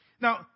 Now